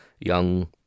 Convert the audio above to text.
young